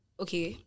okay